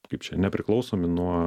kaip čia nepriklausomi nuo